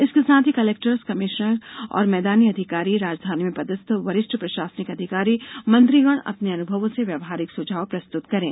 इसके साथ ही कलेक्टर्स कमिश्नर जैसे मैदानी अधिकारी और राजधानी में पदस्थ वरिष्ठ प्रशासनिक अधिकारी मंत्रीगण अपने अनुभवों से व्यावहारिक सुझाव प्रस्तुत करें